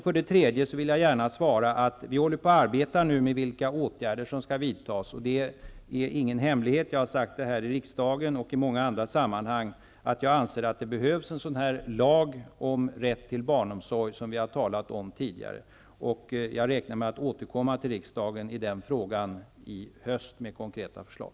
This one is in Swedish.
För det tredje vill jag gärna svara att vi håller på och arbetar nu med vilka åtgärder som skall vidtas, och det är ingen hemlighet -- jag har sagt det i riksdagen och i många andra sammanhang -- att jag anser att det behövs en sådan lag om rätt till barnomsorg som vi har talat om tidigare. Jag räknar med att återkomma till riksdagen i den frågan i höst med konkreta förslag.